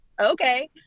okay